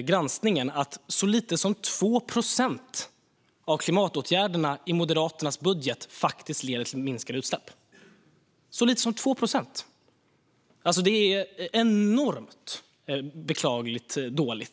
granskningen att så lite som 2 procent av klimatåtgärderna i Moderaternas budget faktiskt leder till minskade utsläpp. Satsningen på klimatkompensationen är enormt beklagligt dålig.